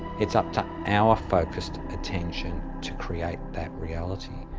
it's up to our focused attention to create that reality,